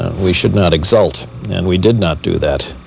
ah we should not exalt and we did not do that.